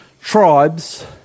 tribes